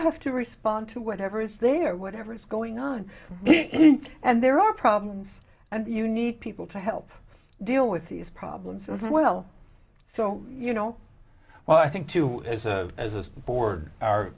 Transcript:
have to respond to whatever is there whatever is going on and there are problems and you need people to help deal with these problems as well so you know well i think to as a as a board are